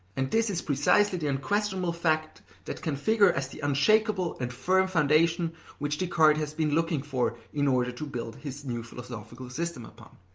and this is precisely the unquestionable fact that can figure as the unshakable and firm foundation which descartes has been looking for in order to build his new philosophical system upon.